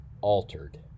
altered